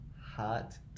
hot